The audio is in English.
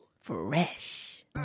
Fresh